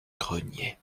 grenier